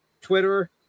Twitter